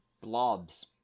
blobs